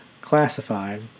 classified